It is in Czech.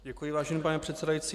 Děkuji, vážený pane předsedající.